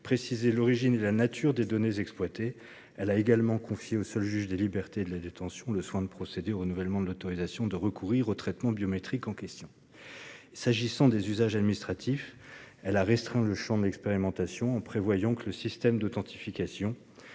préciser l'origine et la nature des données exploitées. Elle a également confié au seul juge des libertés et de la détention le soin de procéder au renouvellement de l'autorisation de recourir aux traitements biométriques en question. Pour ce qui est des usages administratifs, la commission a restreint le champ de l'expérimentation en prévoyant que le système d'authentification